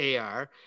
AR